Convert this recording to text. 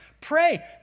pray